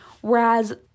Whereas